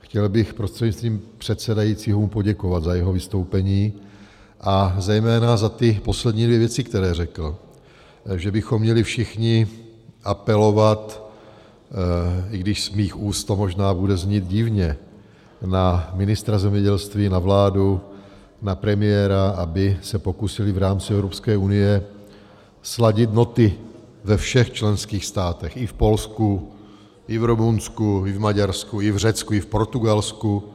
Chtěl bych mu prostřednictvím pana předsedajícího poděkovat za jeho vystoupení a zejména za ty poslední dvě věci, které řekl, že bychom měli všichni apelovat, i když z mých úst to možná bude znít divně, na ministra zemědělství, na vládu, na premiéra, aby se pokusili v rámci Evropské unie sladit noty ve všech členských státech, i v Polsku, i v Rumunsku, i v Maďarsku, i v Řecku, i v Portugalsku.